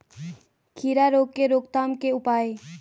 खीरा रोग के रोकथाम के उपाय?